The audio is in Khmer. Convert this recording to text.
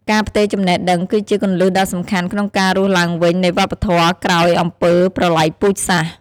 ការផ្ទេរចំណេះដឹង គឺជាគន្លឹះដ៏សំខាន់ក្នុងការរស់ឡើងវិញនៃវប្បធម៌ក្រោយអំពើប្រល័យពូជសាសន៍។